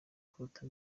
kuruta